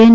N